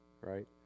Right